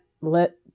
let